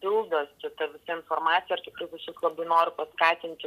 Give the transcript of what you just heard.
pildosi ta visa informacija ir tikrai visus labai noriu paskatinti